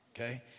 Okay